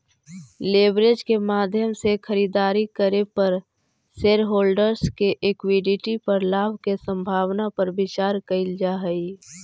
leverage के माध्यम से खरीदारी करे पर शेरहोल्डर्स के इक्विटी पर लाभ के संभावना पर विचार कईल जा हई